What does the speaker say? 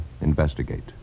Investigate